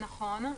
נכון.